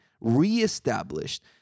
reestablished